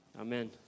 Amen